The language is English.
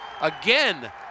Again